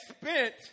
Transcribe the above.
spent